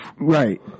Right